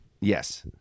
Yes